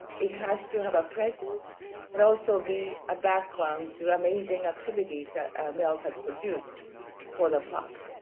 it has to have a presence but also be a background to amazing activities that milk has produced for the park